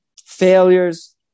failures